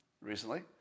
recently